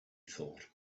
thought